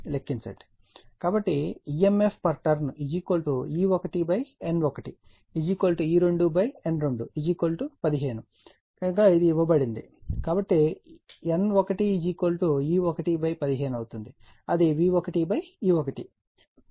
కాబట్టి emf per turn E1 N1 E2 N2 15 కనుక ఇది ఇవ్వబడుతుంది కాబట్టి N1 E1 15 అవుతుంది అది V1 E1